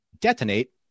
detonate